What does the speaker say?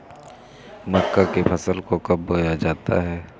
मक्का की फसल को कब बोया जाता है?